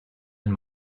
and